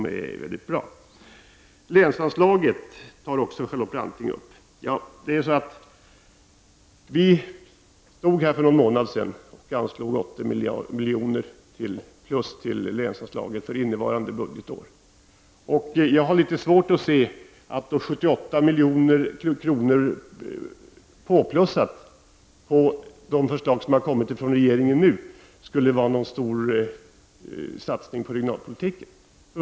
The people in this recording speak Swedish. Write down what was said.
Charlotte Branting tar också upp länsanslaget. För någon månad sedan plussade vi på 80 miljoner på länsanslaget för innevarande budgetår. Jag har litet svårt att se att en ökning med 78 miljoner på regeringens nuvarande förslag skulle innebära en stor satsning på regionalpolitiken.